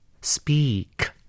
Speak